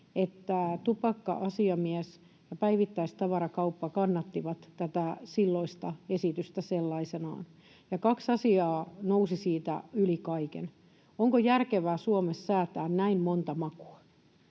että tupakka-asiamies ja päivittäistavarakauppa kannattivat tätä silloista esitystä sellaisenaan, ja kaksi asiaa nousivat siitä yli kaiken: onko järkevää Suomessa säätää näin monta makua,